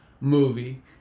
movie